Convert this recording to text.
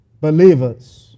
believers